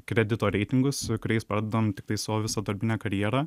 kredito reitingus kuriais pradedam tiktai savo visą darbinę karjerą